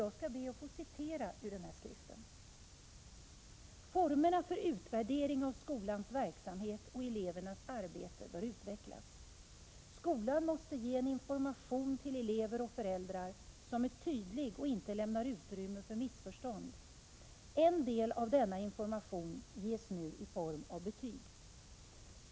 Jag skall be att få citera ur denna skrift: ”Formerna för utvärdering av skolans verksamhet och elevernas arbete bör utvecklas. Skolan måste ge en information till elever och föräldrar som är tydlig och inte lämnar utrymme för missförstånd. En del av denna information ges nu i form av betyg.